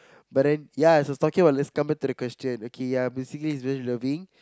but then ya I was talking about let's come back to the question ya basically it's very loving